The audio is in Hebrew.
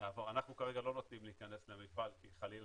אנחנו כרגע לא נותנים להכנס למפעל כי חלילה